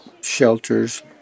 shelters